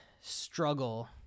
struggle